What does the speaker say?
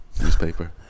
newspaper